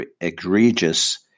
egregious